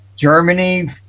Germany